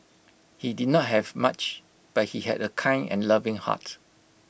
he did not have much but he had A kind and loving heart